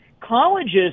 colleges